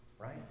right